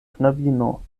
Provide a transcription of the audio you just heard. knabino